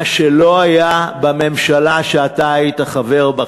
מה שלא היה בממשלה שאתה היית חבר בה,